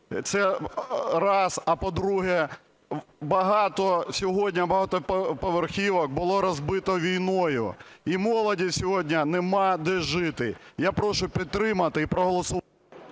це раз. А по-друге, багато сьогодні багатоповерхівок було розбито війною. І молоді сьогодні немає, де жити. Я прошу підтримати і проголосувати.